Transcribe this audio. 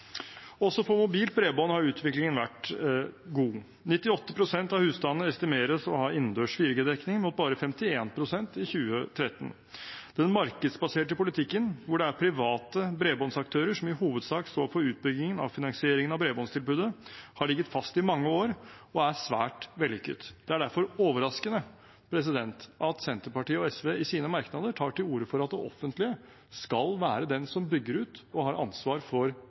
Også for mobilt bredbånd har utviklingen vært god. 98 pst. av husstandene estimeres å ha innendørs 4G-dekning, mot bare 51 pst. i 2013. Den markedsbaserte politikken, hvor det er private bredbåndsaktører som i hovedsak står for utbyggingen og finansieringen av bredbåndstilbudet, har ligget fast i mange år og er svært vellykket. Det er derfor overraskende at Senterpartiet og SV i sine merknader tar til orde for at det offentlige skal være de som bygger ut og har ansvar for